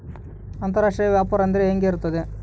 ಅಂತರಾಷ್ಟ್ರೇಯ ವ್ಯಾಪಾರ ಅಂದರೆ ಹೆಂಗೆ ಇರುತ್ತದೆ?